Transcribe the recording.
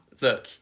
look